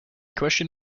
question